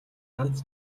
ганц